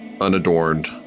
unadorned